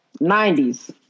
90s